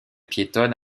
piétonne